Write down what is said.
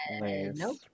nope